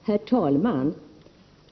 Herr talman!